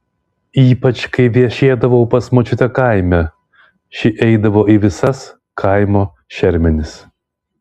ypač kai viešėdavau pas močiutę kaime ši eidavo į visas kaimo šermenis